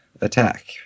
attack